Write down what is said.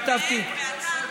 אתה הכתובת שלהם.